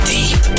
Deep